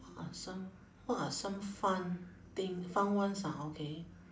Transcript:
what are some what are some fun thing fun ones ah okay